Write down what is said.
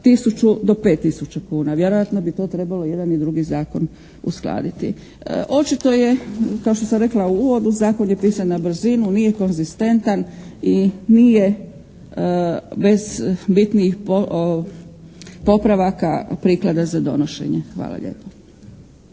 tisuća kuna. Vjerojatno bi to trebalo i jedan i drugi zakon uskladiti. Očito je kao što sam rekla u uvodu, zakon je pisan na brzinu nije konzistentan i nije bez bitnih popravaka prikladan za donošenje. Hvala lijepa.